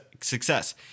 success